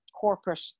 corporate